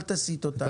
אל תסיט אותנו.